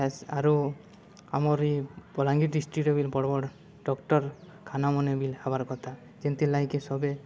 ହେସ୍ ଆରୁ ଆମର ଏଇ ବଲାଙ୍ଗୀର ଡିଷ୍ଟ୍ରିକ୍ଟରେ ବି ବଡ଼ ବଡ଼ ଡକ୍ଟରଖାନା ମାନେ ବି ହେବାର କଥା ଯେନ୍ତିର୍ ଲାଗିକି ସବେ